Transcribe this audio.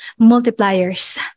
multipliers